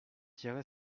tirer